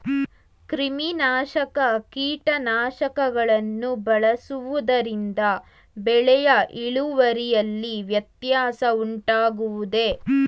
ಕ್ರಿಮಿನಾಶಕ ಕೀಟನಾಶಕಗಳನ್ನು ಬಳಸುವುದರಿಂದ ಬೆಳೆಯ ಇಳುವರಿಯಲ್ಲಿ ವ್ಯತ್ಯಾಸ ಉಂಟಾಗುವುದೇ?